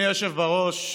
אדוני היושב-ראש,